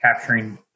capturing